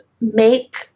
make